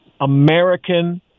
American